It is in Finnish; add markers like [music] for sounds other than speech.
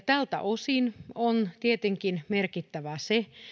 [unintelligible] tältä osin on tietenkin merkittävää se